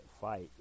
fight